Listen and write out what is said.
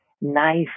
nice